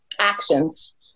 actions